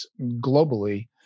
globally